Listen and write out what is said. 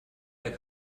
der